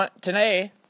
today